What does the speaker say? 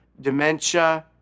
dementia